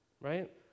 right